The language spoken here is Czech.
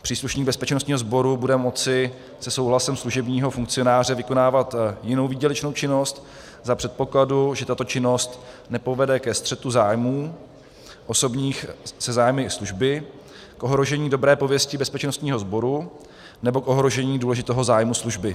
Příslušník bezpečnostního sboru bude moci se souhlasem služebního funkcionáře vykonávat jinou výdělečnou činnost za předpokladu, že tato činnost nepovede ke střetu zájmů osobních se zájmy služby, k ohrožení dobré pověsti bezpečnostního sboru nebo k ohrožení důležitého zájmu služby.